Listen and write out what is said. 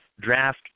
draft